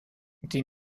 die